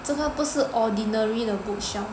这个不是 ordinary 的 bookshelf